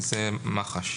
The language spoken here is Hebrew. זה מח"ש.